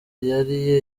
yari